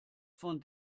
von